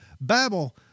Babel